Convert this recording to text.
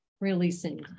releasing